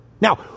Now